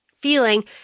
feeling